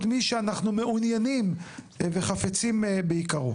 מי שאנחנו מעוניינים וחפצים ביקרו.